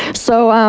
so,